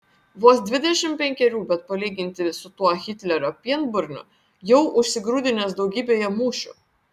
vos dvidešimt penkerių bet palyginti su tuo hitlerio pienburniu jau užsigrūdinęs daugybėje mūšių